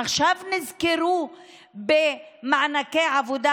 עכשיו נזכרו במענקי עבודה,